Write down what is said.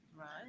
Right